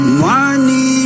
money